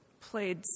played